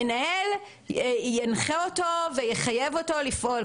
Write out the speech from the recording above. המנהל ינחה אותו ויחייב אותו לפעול.